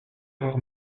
rares